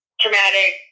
traumatic